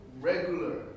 regular